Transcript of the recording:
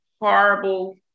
horrible